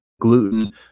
gluten